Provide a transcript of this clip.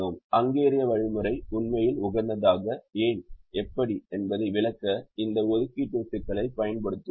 ஹங்கேரிய வழிமுறை உண்மையில் உகந்ததாக ஏன் எப்படி என்பதை விளக்க இந்த ஒதுக்கீட்டின் சிக்கலைப் பயன்படுத்துவோம்